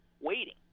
waiting